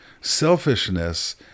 Selfishness